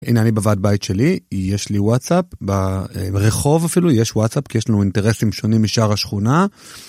הנה אני בוועד בית שלי, יש לי וואטסאפ ברחוב אפילו, יש וואטסאפ כי יש לנו אינטרסים שונים משאר השכונה.